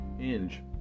Inge